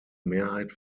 mehrheit